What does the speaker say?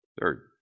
third